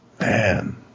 Man